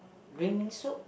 green bean soup